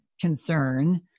concern